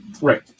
Right